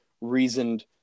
reasoned